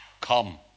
come